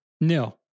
No